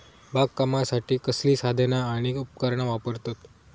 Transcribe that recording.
बागकामासाठी कसली साधना आणि उपकरणा वापरतत?